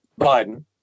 Biden